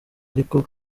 ariko